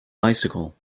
bicycle